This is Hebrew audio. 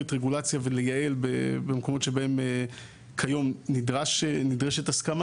רגולציה במקומות שבהן נדרשת הסכמה.